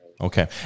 Okay